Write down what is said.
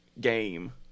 game